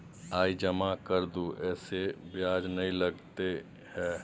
आय जमा कर दू ऐसे ब्याज ने लगतै है?